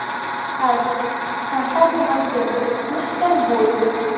ᱟᱨ ᱥᱟᱱᱛᱟᱲ ᱥᱚᱢᱟᱡᱽ ᱨᱮ ᱢᱤᱫᱴᱮᱱ ᱵᱳᱭ